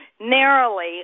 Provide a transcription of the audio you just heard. narrowly